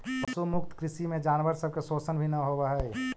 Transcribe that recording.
पशु मुक्त कृषि में जानवर सब के शोषण भी न होब हई